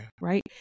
right